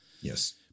Yes